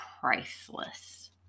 priceless